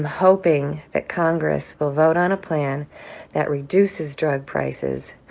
hoping that congress will vote on a plan that reduces drug prices,